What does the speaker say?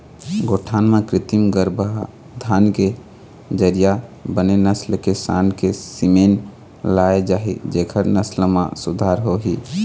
गौठान म कृत्रिम गरभाधान के जरिया बने नसल के सांड़ के सीमेन लाय जाही जेखर नसल म सुधार होही